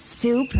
Super